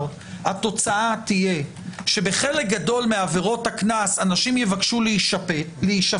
התוצאה תהיה שבחלק גדול מעבירות הקנס אנשים יבקשו להישפט,